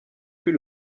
plus